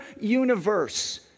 universe